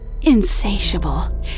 insatiable